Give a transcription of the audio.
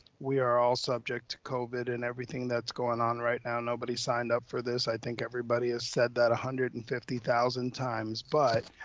we are all subject to covid and everything that's going on right now, nobody signed up for this, i think everybody has said that one hundred and fifty thousand times, but